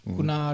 Kuna